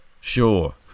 sure